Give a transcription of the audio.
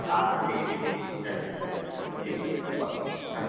আচ্ছা ঠিক ঠিক হ্যাঁ হ্যাঁ ঠিক বাহ হ্যাঁ